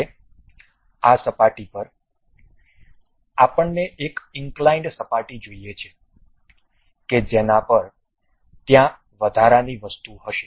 હવે આ સપાટી પર આપણને એક ઇંક્લાઇન્ડ સપાટી જોઈએ છે કે જેના પર ત્યાં વધારાની વસ્તુ હશે